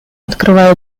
открывая